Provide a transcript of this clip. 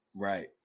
right